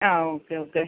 ആ okay okay